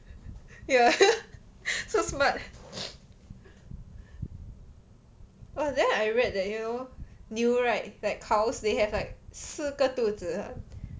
ya so smart oh then I read that 牛 right like cows they have like 四个肚子